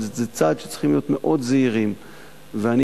אבל זה צעד שצריכים להיות מאוד זהירים לגביו.